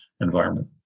environment